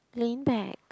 lean back